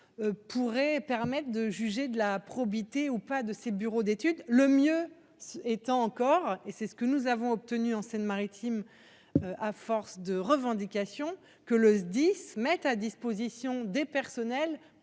Pourrait permettre de juger de la probité ou pas de ces bureaux d'études le mieux. Étant encore et c'est ce que nous avons obtenu en Seine-Maritime. À force de revendications que le SDIS mettent à disposition des personnels